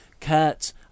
Kurt